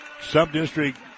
Sub-district